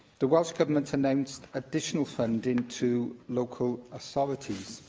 the welsh government announced additional funding to local authorities.